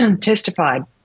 testified